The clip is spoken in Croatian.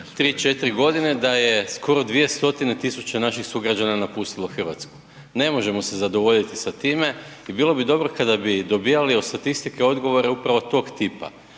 3, 4 godine da je skoro 200.000 naših sugrađana napustilo Hrvatsku. Ne možemo se zadovoljiti sa time i bilo bi dobro kada bi dobijali od statistike odgovore upravo tog tipa,